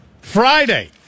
Friday